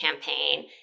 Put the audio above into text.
campaign